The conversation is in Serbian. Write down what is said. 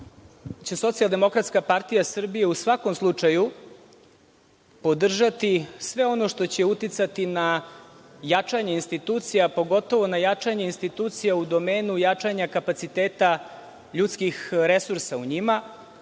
tako istakao bih i da će SDPS u svakom slučaju podržati sve ono što će uticati na jačanje institucija, pogotovo na jačanje institucija u domenu jačanja kapaciteta ljudskih resursa u njima. Kao